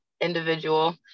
individual